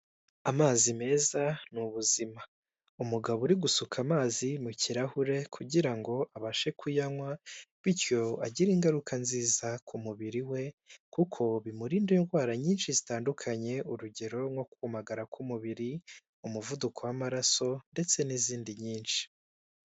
Amazi meza n'ubuzima umugabo uri gusuka amazi mu kirahure kugira ngo abashe kuyanywa bityo agire ingaruka nziza ku mubiri we kuko bimurinda indwara nyinshi zitandukanye urugero nko kumagara k'umubiri, umuvuduko w'amaraso ndetse n'izindi nyinshi.